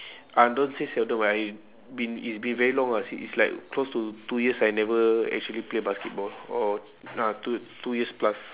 ah don't say seldom I been it's been very long ah it's it's like close to two years I never actually played basketball or ah two two years plus